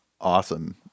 awesome